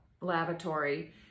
lavatory